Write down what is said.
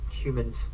humans